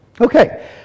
Okay